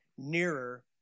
nearer